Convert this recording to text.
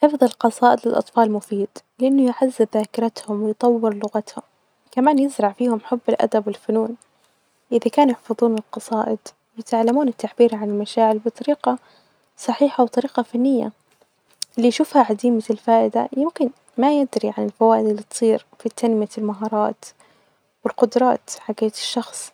حفظ القصائد للأطفال مفيد لأنه يعزز ذاكرتهم ويطور لغتهم، كمان يسرع فيهم حب الأدب والفنون، وإذا كان يحفظون القصائد يتعلمون التعبير عن المشاعر بطريقة صحيحة، وطريقة فنية، اللي يشوفها عديمة الفائدة ممكن ما يدري عن الفوائد اللي تصير في تمنية المهارات والقدرات حجيت الشخص